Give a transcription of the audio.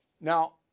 Now